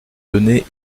donner